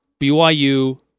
BYU